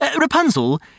Rapunzel